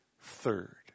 third